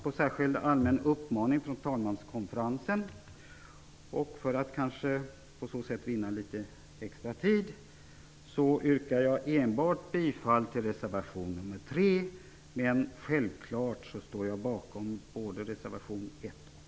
På uppmaning från talmanskonferensen och för att vinna litet extra tid yrkar jag enbart bifall till reservation nr 3, men självfallet står jag bakom både reservation 1 och 2.